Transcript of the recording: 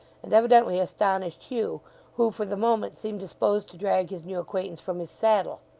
and evidently astonished hugh who, for the moment, seemed disposed to drag his new acquaintance from his saddle.